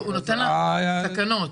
תקנות.